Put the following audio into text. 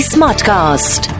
Smartcast